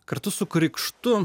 kartu su krikštu